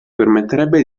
permetterebbe